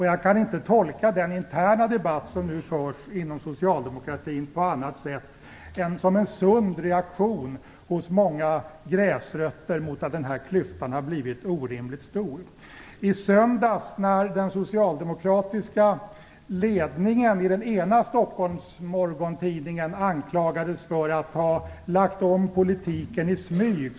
Jag kan inte tolka den interna debatt som nu förs inom Socialdemokraterna på annat sätt än som en sund reaktion hos många gräsrötter mot att klyftan har blivit orimligt stor. I söndags anklagades den socialdemokratiska ledningen i den ena Stockholmsmorgontidningen för att ha lagt om politiken i smyg.